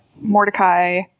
Mordecai